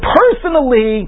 personally